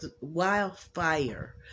wildfire